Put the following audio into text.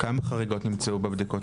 כמה חריגות נמצאו בבדיקות שלכם?